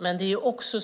Men det är också